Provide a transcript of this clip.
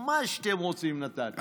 מה שאתם רוצים נתתי.